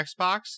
Xbox